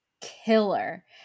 killer